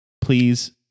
Please